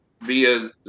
via